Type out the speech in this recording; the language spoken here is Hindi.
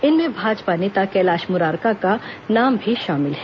इसमें भाजपा नेता कैलाश मुरारका का नाम भी शामिल है